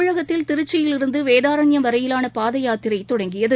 தமிழகத்தில் திருச்சியிலிருந்து வேதாரண்யம் வரையிலான பாத யாத்திரை தொடங்கியது